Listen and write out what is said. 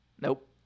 Nope